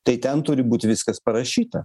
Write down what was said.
tai ten turi būt viskas parašyta